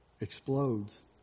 explodes